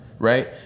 right